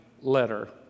letter